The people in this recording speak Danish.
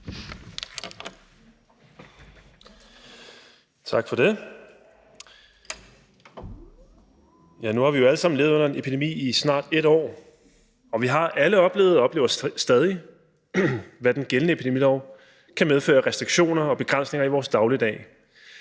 Tak for det. Nu har vi alle sammen levet under en epidemi i snart et år, og vi har alle oplevet og oplever stadig, hvad den gældende epidemilov kan medføre af restriktioner og begrænsninger i vores dagligdag.